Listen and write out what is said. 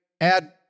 Add